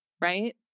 right